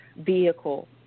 vehicle